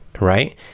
right